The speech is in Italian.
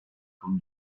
con